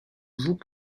vous